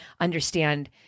understand